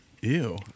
Ew